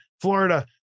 florida